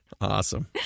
Awesome